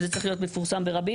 וזה צריך להיות מפורסם ברבים.